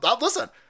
listen